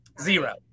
Zero